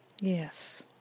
Yes